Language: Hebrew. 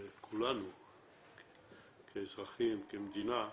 כולנו כאזרחים, כמדינה,